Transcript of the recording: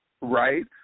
right